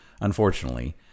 Unfortunately